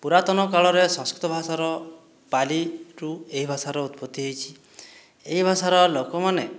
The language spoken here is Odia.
ପୁରାତନ କାଳରେ ସଂସ୍କୃତ ଭାଷାର ପାଲିଠୁ ଏ ଭାଷାର ଉତ୍ପତ୍ତି ହୋଇଛି ଏହି ଭାଷାର ଲୋକମାନେ